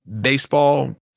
baseball